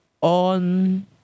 on